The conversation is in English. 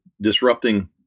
disrupting